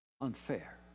unfair